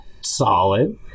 Solid